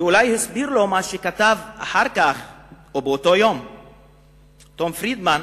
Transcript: ואולי הסביר לו מה שכתב אחר כך או באותו יום תום פרידמן,